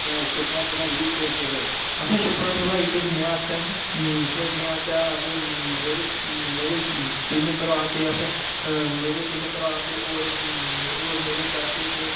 छुपना छपाई बी खेढदे हे असें छुपना छपाई खेढने आस्तै खेढने आस्तै अस मेरे मेरे तिन भ्राऽ ते अस मेरे तिन भ्राऽ ते होर होर मेरे चाचे ते